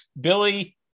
billy